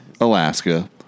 Alaska